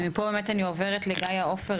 מכאן אני עוברת לגאיה עופר,